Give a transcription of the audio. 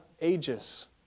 ages